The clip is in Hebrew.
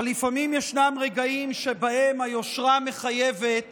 אבל לפעמים ישנם רגעים שבהם היושרה מחייבת